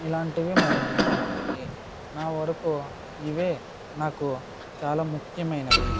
ఇలాంటివి మరెన్నో ఉన్నాయి నా వరకు ఇవే నాకు చాలా ముఖ్యమైనవి